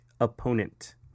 opponent